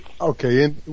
Okay